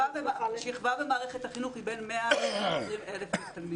שכבה במערכת החינוך היא בין 100 ל-120,000 ילדים.